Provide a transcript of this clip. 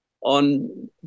on